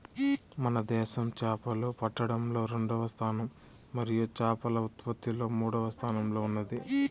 మన దేశం చేపలు పట్టడంలో రెండవ స్థానం మరియు చేపల ఉత్పత్తిలో మూడవ స్థానంలో ఉన్నాది